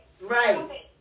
Right